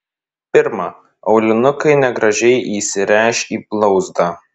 pirma aulinukai negražiai įsiręš į blauzdą